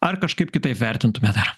ar kažkaip kitaip vertintumėte